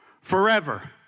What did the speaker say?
Forever